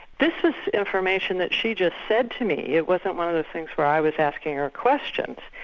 this is information that she just said to me, it wasn't one of the things where i was asking her questions.